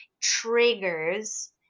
triggers